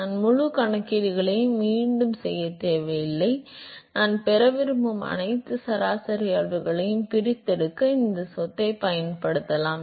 நான் முழு கணக்கீடுகளையும் மீண்டும் செய்யத் தேவையில்லை நான் பெற விரும்பும் அனைத்து சராசரி அளவையும் பிரித்தெடுக்க இந்த சொத்தைப் பயன்படுத்தலாம்